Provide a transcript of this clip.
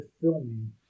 filming